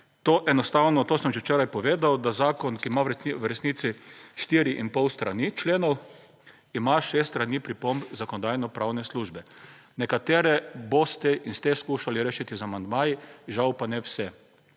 to enostavno, to sem že včeraj povedal, da zakon, ki ima v resnici štiri in pol strani členov, ima 6 strani pripomb Zakonodajno-pravne službe. Nekatere boste in ste skušali rešiti z amandmaji, žal pa ne vse.